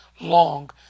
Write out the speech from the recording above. long